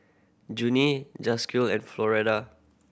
Junie Jaquez and Floretta